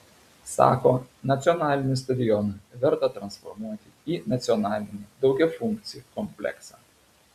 sako nacionalinį stadioną verta transformuoti į nacionalinį daugiafunkcį kompleksą